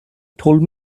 told